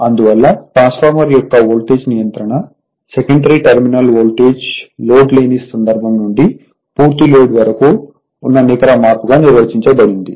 అందువల్ల ట్రాన్స్ఫార్మర్ యొక్క వోల్టేజ్ నియంత్రణ సెకండరీ టర్మినల్ వోల్టేజ్ లోడ్ లేని సందర్భం నుండి పూర్తి లోడ్ వరకు ఉన్న నికర మార్పుగా నిర్వచించబడింది